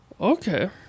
Okay